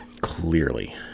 clearly